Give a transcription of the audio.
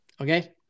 Okay